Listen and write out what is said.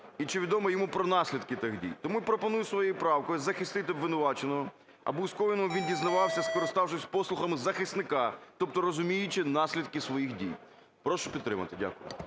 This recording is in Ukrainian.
і чи відомо йому про наслідки тих дій. Тому я пропоную своєю правкою захистити обвинуваченого, аби у скоєному він зізнавався, скориставшись послугами захисника, тобто розуміючи наслідки своїх дій. Прошу підтримати. Дякую.